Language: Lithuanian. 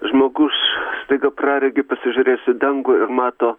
žmogus staiga praregi pasižiūrėjęs į dangų ir mato